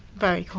very